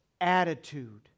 attitude